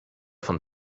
von